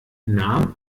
nahm